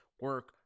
Work